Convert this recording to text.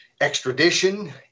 extradition